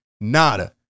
Nada